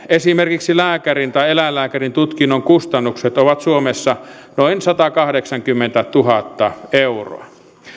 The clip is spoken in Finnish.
esimerkiksi lääkärin tai eläinlääkärin tutkinnon kustannukset ovat suomessa noin satakahdeksankymmentätuhatta euroa